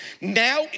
now